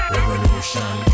Revolution